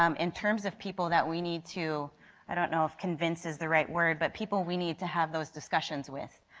um in terms of people that we need to i don't know if convince is the right word but people we need to have those discussions with.